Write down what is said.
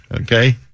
okay